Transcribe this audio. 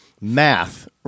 Math